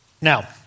Now